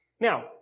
Now